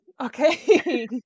Okay